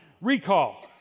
Recall